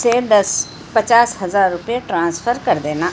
سے دس پچاس ہزار روپئے ٹرانسفر کر دینا